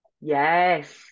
Yes